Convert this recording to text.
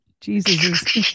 Jesus